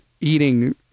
eating